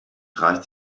reicht